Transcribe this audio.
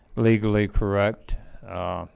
legally correct